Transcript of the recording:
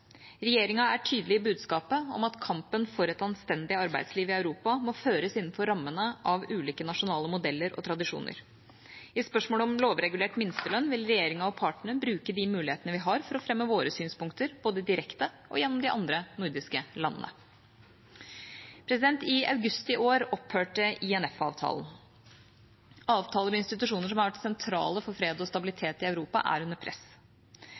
Regjeringa er tydelig i budskapet om at kampen for et anstendig arbeidsliv i Europa må føres innenfor rammene av ulike nasjonale modeller og tradisjoner. I spørsmålet om lovregulert minstelønn vil regjeringa og partene bruke de mulighetene vi har for å fremme våre synspunkter, både direkte og gjennom de andre nordiske landene. I august i år opphørte INF-avtalen. Avtaler og institusjoner som har vært sentrale for fred og stabilitet i Europa, er under press.